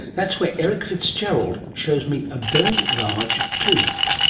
that's where erich fitzgerald shows me a very large tooth.